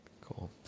Cool